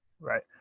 Right